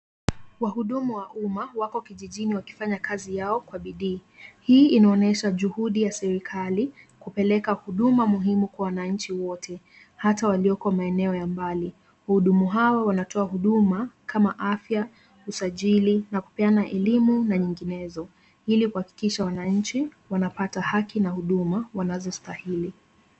Wahudumu wa umma wako kijijini wakifanya kazi yao kwa bidii. Hii inaonyesha juhudi ya serikali kupeleka huduma muhimu kwa wananchi wote hata walioko maeneo ya mbali. Wahudumu hawa wanatoa huduma kama afya, usajili na kupeana elimu na nyinginezo ili kuhakikisha wananchi wapata haki na huduma wanazostahili.